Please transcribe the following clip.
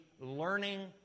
learning